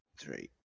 three